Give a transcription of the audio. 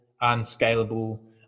unscalable